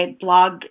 blog